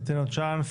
ניתן עוד צ'אנס,